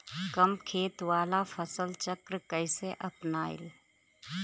कम खेत वाला फसल चक्र कइसे अपनाइल?